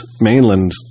mainland